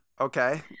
Okay